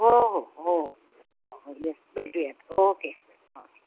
हो हो हो येस भेटूयात ओ के ओके